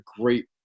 great